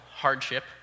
hardship